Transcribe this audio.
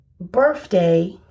birthday